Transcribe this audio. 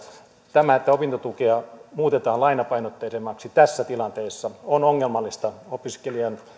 tämä että opintotukea muutetaan lainapainotteisemmaksi tässä tilanteessa on ongelmallista opiskelijan